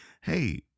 hey